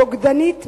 הבוגדנית,